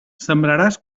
sembraràs